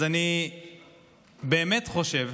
אז אני באמת חושב